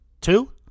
Two